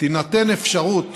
תינתן אפשרות